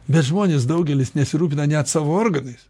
bet žmonės daugelis nesirūpina net savo organais